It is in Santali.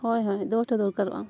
ᱦᱳᱭ ᱦᱳᱭ ᱫᱩᱴᱷᱮᱱ ᱫᱚᱨᱠᱟᱨᱚᱜᱼᱟ